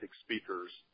speakers